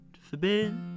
forbid